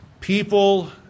people